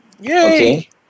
Okay